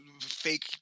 fake